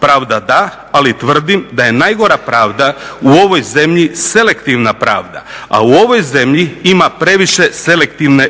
Pravda da, ali tvrdim da je najgora pravda u ovoj zemlji selektivna pravda. A u ovoj zemlji ima previše selektivne